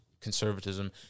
conservatism